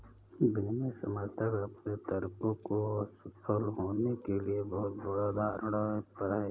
विनियमन के समर्थक अपने तर्कों को असफल होने के लिए बहुत बड़ा धारणा पर हैं